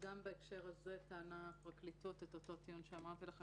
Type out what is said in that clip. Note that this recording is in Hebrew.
גם בהקשר הזה הפרקליטות טענה את אותו טיעון שאמרתי לכם